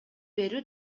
берүү